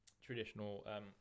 traditional